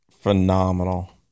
phenomenal